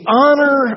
honor